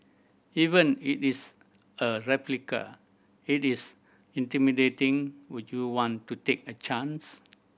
even if it is a replica if it is intimidating would you want to take a chance